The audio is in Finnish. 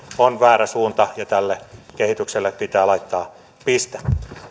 on väärä suunta ja tälle kehitykselle pitää laittaa piste